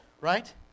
right